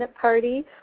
party